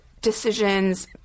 decisions